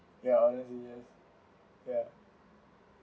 ya honestly yes ya